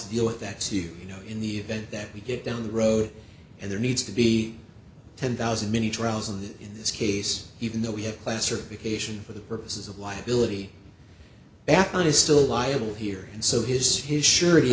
to deal with that so you know in the event that we get down the road and there needs to be ten thousand many trials and in this case even though we have class or vacation for the purposes of liability batman is still liable here and so his his surety